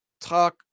talk